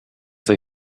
they